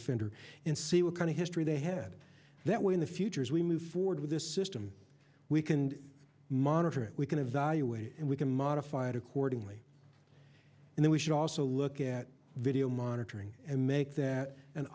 offender and see what kind of history they had that way in the future as we move forward with this system we can monitor it we can evaluate it and we can modify it accordingly and then we should also look at video monitoring and make that an